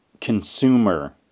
consumer